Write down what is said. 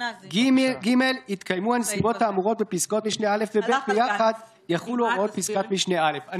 רמדאן זה חודש של תפילה, של משפחה, תודה.